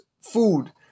food